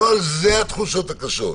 לא על זה התחושות הקשות,